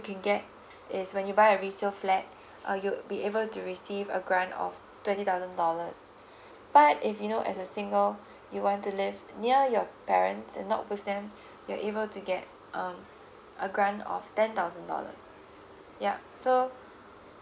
can get is when you buy a resale flat uh you'll be able to receive a grant of twenty thousand dollars but if you know as a single you want to live near your parents and not with them you're able to get um a grant of ten thousand dollars yup so